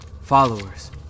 Followers